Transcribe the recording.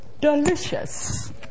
delicious